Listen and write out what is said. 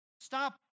Stop